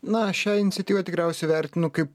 na šią iniciatyvą tikriausiai vertinu kaip